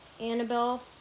Annabelle